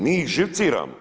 Mi ih živciramo.